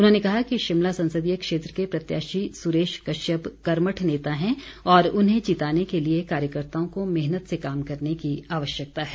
उन्होंने कहा कि शिमला संसदीय क्षेत्र के प्रत्याशी सुरेश कश्यप कर्मठ नेता है और उन्हें जिताने के लिए कार्यकर्ताओं को मेहनत से काम करने की आवश्यकता है